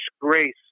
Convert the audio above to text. grace